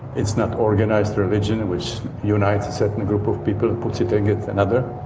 it's not organized religion which unites a certain group of people and puts it against another,